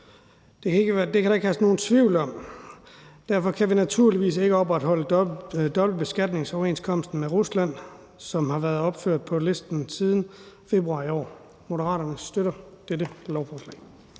Det kan der ikke herske nogen tvivl om, og derfor kan vi naturligvis ikke opretholde dobbeltbeskatningsoverenskomsten med Rusland, som har været opført på listen siden februar i år. Moderaterne støtter dette lovforslag.